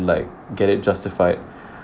like get it justified